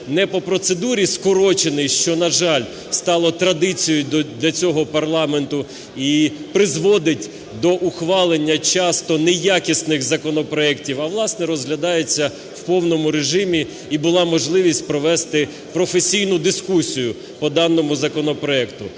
не по процедурі скороченій, що, на жаль, стало традицією для цього парламенту, і призводить до ухвалення часто неякісних законопроектів, а власне розглядається в повному режимі і була можливість провести професійну дискусію по даному законопроекту.